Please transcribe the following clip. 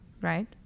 right